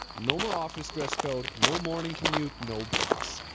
no more office dress code no morning commute, no boss.